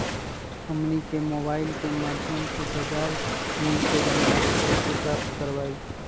हमनी के मोबाइल के माध्यम से बाजार मूल्य के जानकारी कैसे प्राप्त करवाई?